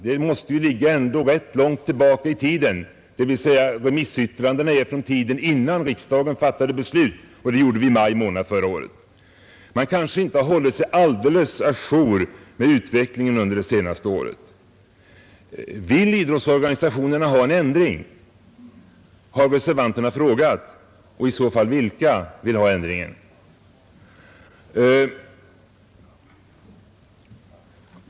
Det måste ligga ganska långt tillbaka i tiden; remissyttrandena är från tiden innan riksdagen fattade beslut, och det skedde i maj månad förra året. Man kanske inte har hållit sig helt å jour med utvecklingen under det senaste året. Vill idrottsorganisationerna ha en ändring, har reservanterna frågat, och vilka vill i så fall ha ändringen?